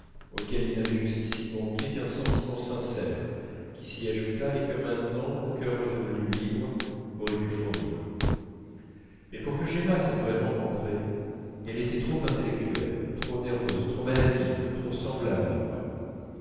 auquel il n'avait jusqu'ici manqué qu'un sentiment sincère qui s'y ajoutât et que maintenant mon cœur redevenu libre aurait pu fournir mais pour que j'aimasse vraiment andrée elle était trop intellectuelle trop nerveuse trop maladive trop semblable à moi